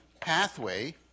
pathway